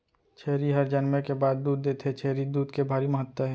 छेरी हर जनमे के बाद दूद देथे, छेरी दूद के भारी महत्ता हे